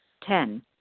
Ten